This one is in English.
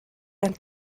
and